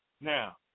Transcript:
Now